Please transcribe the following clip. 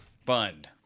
Fund